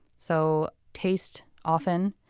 so taste often,